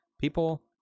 people